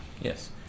Yes